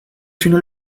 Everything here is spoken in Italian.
fino